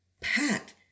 Pat